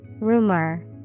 Rumor